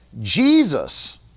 Jesus